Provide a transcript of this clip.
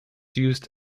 used